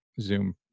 Zoom